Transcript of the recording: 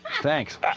Thanks